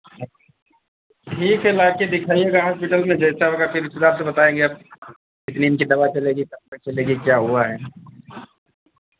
अच्छा ठीक है लाके दिखाइएगा हॉस्पिटल में जैसा होगा फिर उस हिसाब से बताएँगे आपको हम कितनी इनकी दवा चलेगी कब तक चलेगी क्या हुआ है